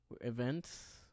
Events